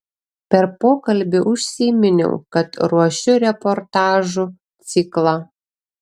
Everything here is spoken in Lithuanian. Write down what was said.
per pokalbį užsiminiau kad ruošiu reportažų ciklą